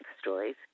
stories